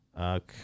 Okay